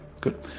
good